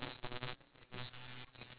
orh two one